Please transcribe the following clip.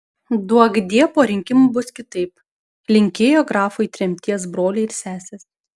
duokdie po rinkimų bus kitaip linkėjo grafui tremties broliai ir sesės